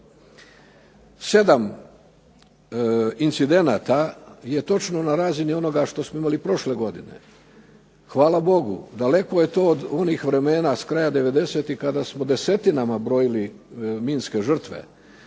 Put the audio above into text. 7 incidenata je točno na razini onoga što smo imali prošle godine. Hvala Bogu, daleko je to od onih vremena s kraja '90-ih kada smo desetinama brojili minske žrtve,